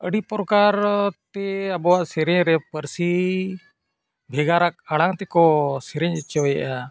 ᱟᱹᱰᱤ ᱯᱨᱚᱠᱟᱨᱼᱛᱮ ᱟᱵᱚᱣᱟᱜ ᱥᱮᱨᱮᱧ ᱨᱮ ᱯᱟᱹᱨᱥᱤ ᱵᱷᱮᱜᱟᱨᱟᱜ ᱟᱲᱟᱝ ᱛᱮᱠᱚ ᱥᱮᱨᱮᱧ ᱚᱪᱚᱭᱮᱜᱼᱟ